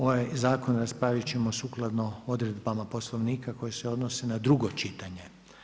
Ovaj zakon raspravit ćemo sukladno odredbama Poslovnika koje se odnose na drugo čitanje.